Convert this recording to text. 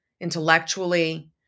intellectually